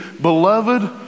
beloved